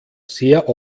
sehr